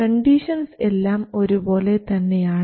conditions എല്ലാം ഒരുപോലെ തന്നെയാണ്